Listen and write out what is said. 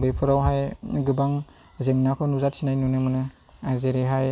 बेफोरावहाय गोबां जेंनाखौ नुजाथिनाय नुनो मोनो आरो जेरैहाय